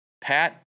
Pat